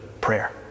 prayer